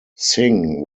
singh